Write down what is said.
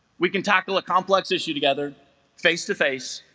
we can tackle a complex issue together face to face